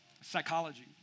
Psychology